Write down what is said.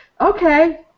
okay